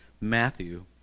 Matthew